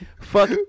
Fuck